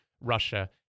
Russia